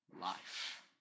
life